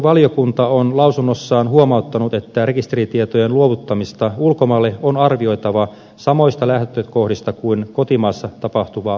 perustuslakivaliokunta on lausunnossaan huomauttanut että rekisteritietojen luovuttamista ulkomaille on arvioitava samoista lähtökohdista kuin kotimaassa tapahtuvaa luovuttamista